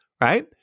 right